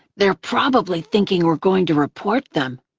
they're probably thinking we're going to report them.